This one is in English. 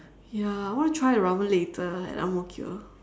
ya I want to try the ramen later at ang-mo-kio